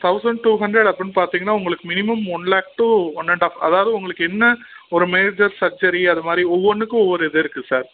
thousand two hundred அப்புடின்னு பார்த்தீங்கனா உங்களுக்கு minimum one lakh two one and half அதாவது உங்களுக்கு என்ன ஒரு மேஜர் சர்ஜரி அது மாதிரி ஒவ்வொன்றுக்கு ஒவ்வொரு இது இருக்குது சார்